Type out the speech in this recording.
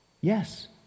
yes